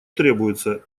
требуется